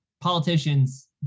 Politicians